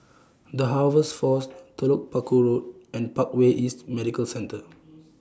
The Harvest Force Telok Paku Road and Parkway East Medical Centre